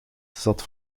zat